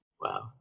Wow